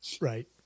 Right